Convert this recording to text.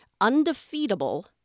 undefeatable